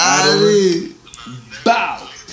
Bow